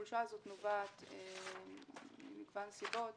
החולשה הזאת נובעת ממגוון סיבות.